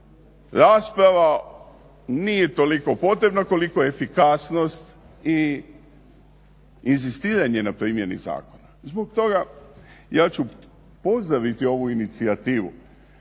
rasprava nije toliko potrebna koliko efikasnost i inzistiranje na primjeni zakona. Zbog toga ja ću pozdraviti ovu inicijativu